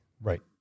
Right